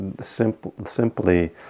simply